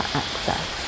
access